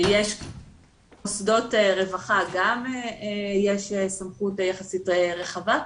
למוסדות רווחה יש גם סמכויות יחסית רחבה,